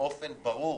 באופן ברור